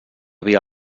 via